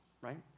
right